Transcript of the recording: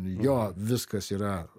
jo viskas yra